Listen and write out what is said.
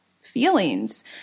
feelings